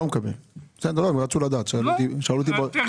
פנייה